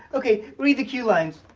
okay, read the cue lines.